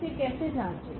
इसे केसे जाँचे